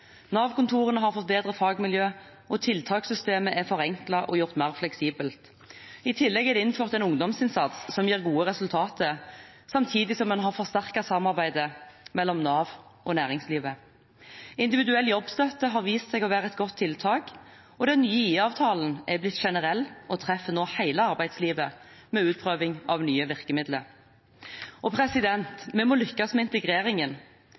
Nav-kontorene har fått bedre fagmiljøer, og tiltakssystemet er forenklet og gjort mer fleksibelt. I tillegg er det innført en ungdomsinnsats som gir gode resultater, samtidig som en har forsterket samarbeidet mellom Nav og næringslivet. Individuell jobbstøtte har vist seg å være et godt tiltak, og den nye IA-avtalen er blitt generell og treffer nå hele arbeidslivet med utprøving av nye virkemidler. Vi må lykkes med integreringen.